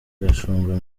gashumba